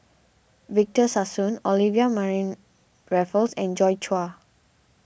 Victor Sassoon Olivia Mariamne Raffles and Joi Chua